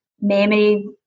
memory